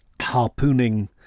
harpooning